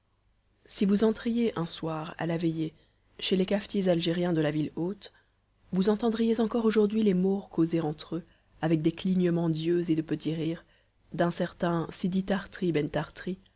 si vous entriez un soir à la veillée chez les cafetiers algériens de la ville haute vous entendriez encore aujourd'hui les maures causer entre eux avec des clignements d'yeux et de petits rires d'un certain sidi tart'ri